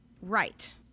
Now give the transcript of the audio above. Right